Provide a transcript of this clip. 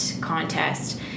contest